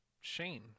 Shane